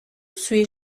suis